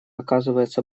оказывается